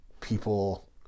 people